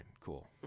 cool